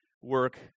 work